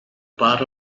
part